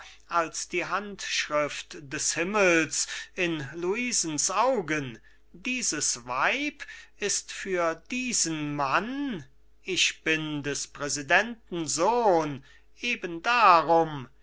als die handschrift des himmels in luisens augen dieses weib ist für diesen mann ich bin des präsidenten sohn eben darum